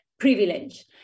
privilege